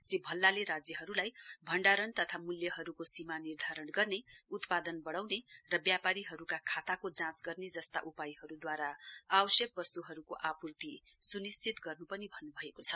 श्री भल्लाले राज्यहरूलाई भण्डारण तथा मूल्यहरूको सीमा निर्धारित गर्ने उत्पादन बढ़ाउने र व्यापारीहरूका खाताको जाँच गर्ने जस्ता उपायहरूद्वारा आवश्यक वस्तुहरूको आपुर्ति सुनिश्चित गर्नु पनि भन्नुभएकोछ